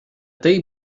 tai